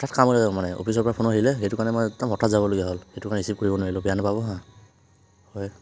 হঠাৎ কাম ওলাই গ'ল মানে অফিচৰ পৰা ফোন আহিলে সেইটো কাৰণে মই হঠাৎ যাবলগীয়া হ'ল সেইটো কাৰণে ৰিচিভ কৰিব নোৱাৰিলো বেয়া নাপাব হা হয়